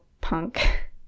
punk